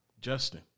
Justin